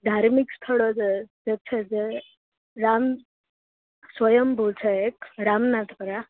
ધાર્મિક સ્થળો જે જે છે જે રામ સ્વંયમભૂ છે એક રામનાથ વરા